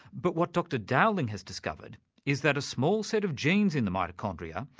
but what dr dowling has discovered is that a small set of genes in the mitochondria,